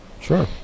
Sure